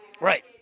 Right